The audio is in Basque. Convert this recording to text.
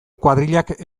kuadrillak